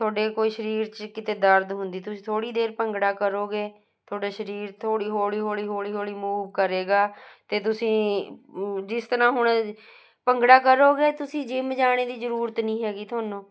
ਤੁਹਾਡੇ ਕੋਈ ਸਰੀਰ 'ਚ ਕਿਤੇ ਦਰਦ ਹੁੰਦੀ ਤੁਸੀਂ ਥੋੜ੍ਹੀ ਦੇਰ ਭੰਗੜਾ ਕਰੋਗੇ ਤੁਹਾਡਾ ਸਰੀਰ ਥੋੜ੍ਹੀ ਹੌਲੀ ਹੌਲੀ ਹੌਲੀ ਹੌਲੀ ਮੂਵ ਕਰੇਗਾ ਅਤੇ ਤੁਸੀਂ ਜਿਸ ਤਰ੍ਹਾਂ ਹੁਣ ਭੰਗੜਾ ਕਰੋਗੇ ਤੁਸੀਂ ਜਿੰਮ ਜਾਣ ਦੀ ਜ਼ਰੂਰਤ ਨਹੀਂ ਹੈਗੀ ਤੁਹਾਨੂੰ